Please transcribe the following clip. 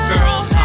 Girls